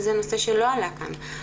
וזה נושא שלא עלה כאן,